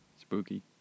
spooky